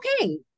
okay